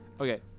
Okay